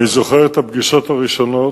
אני זוכר את הפגישות הראשונות.